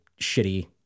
shitty